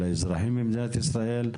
של האזרחים במדינת ישראל.